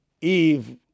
Eve